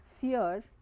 fear